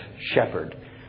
shepherd